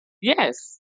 Yes